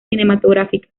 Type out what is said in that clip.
cinematográfica